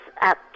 up